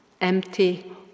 empty